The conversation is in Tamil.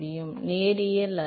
ஆம் இது நேரியல் அல்ல